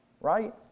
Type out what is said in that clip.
right